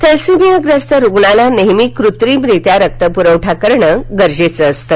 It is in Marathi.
थॅलेसेमिआग्रस्त रुग्णाला नेहमी कृत्रिम रित्या रक्त पुरवठा करणं गरजेचं असतं